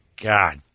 God